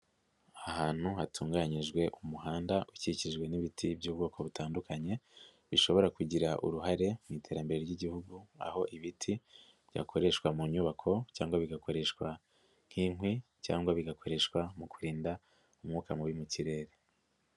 Ahantu hatunganyijwe umuhanda ukikijwe n'ibiti by'ubwoko butandukanye, bishobora kugira uruhare mu iterambere ry'Igihugu, aho ibiti byakoreshwa mu nyubako cyangwa bigakoreshwa nk'inkwi cyangwa bigakoreshwa mu kurinda umwuka mubi mu kirere.